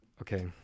okay